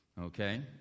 Okay